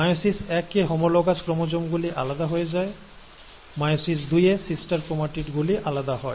meiosis এক এ homologous chromosome গুলি আলাদা হয়ে যায় মায়োসিস দুই এ সিস্টার ক্রোমাটিড গুলি আলাদা হয়